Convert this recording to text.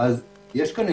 יש כאן אפשרות,